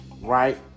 right